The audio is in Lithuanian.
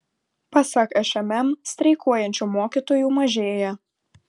pasak šmm streikuojančių mokytojų mažėja